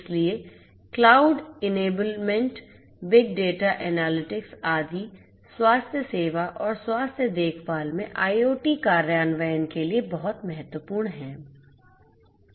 इसलिए cloud enablement big data analytics आदि स्वास्थ्य सेवा और स्वास्थ्य देखभाल में IOT कार्यान्वयन के लिए बहुत महत्वपूर्ण हैं